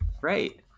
Right